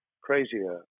crazier